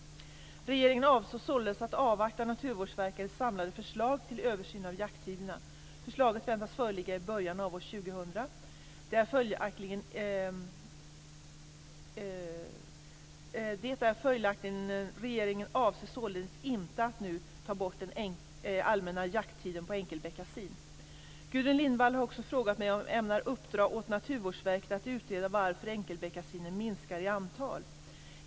Regeringen avser således att avvakta Naturvårdsverkets samlade förslag till översyn av jakttiderna. Förslaget väntas föreligga i början av år 2000. Regeringen avser således inte att nu ta bort den allmänna jakttiden på enkelbeckasin. Gudrun Lindvall har också frågat mig om jag ämnar uppdra åt Naturvårdsverket att utreda varför enkelbeckasinen minskar i antal.